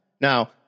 Now